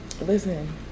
listen